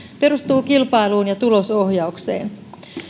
perustuu kilpailuun ja tulosohjaukseen